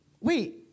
Wait